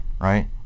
right